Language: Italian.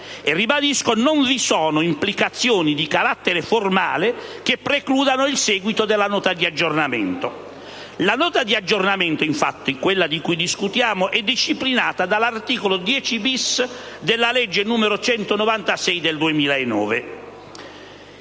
e ribadisco che non vi sono implicazioni di carattere formale che precludono il seguito della discussione della Nota di aggiornamento. La Nota di aggiornamento, infatti - quella di cui discutiamo - è disciplinata dall'articolo 10-*bis* della legge n. 196 del 2009.